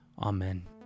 Amen